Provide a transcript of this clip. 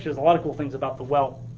there's a lot of cool things about the well,